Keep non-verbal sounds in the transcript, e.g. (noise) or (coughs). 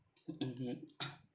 mmhmm (coughs)